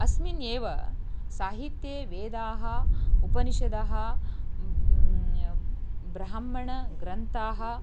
अस्मिन् एव साहित्ये वेदाः उपनिषदः ब्राह्मणग्रन्थाः